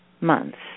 months